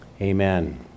Amen